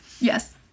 Yes